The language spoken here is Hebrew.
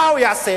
מה הוא יעשה?